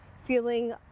feeling